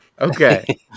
Okay